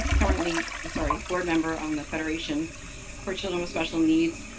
currently sorry, board member on the federation for children with special needs,